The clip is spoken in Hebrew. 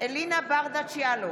אלינה ברדץ' יאלוב,